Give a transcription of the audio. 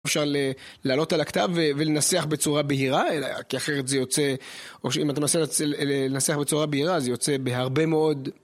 אפשר להעלות על הכתב ולנסח בצורה בהירה, כי אחרת זה יוצא, או שאם אתה מנסה לנסח בצורה בהירה זה יוצא בהרבה מאוד...